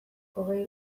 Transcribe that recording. hogei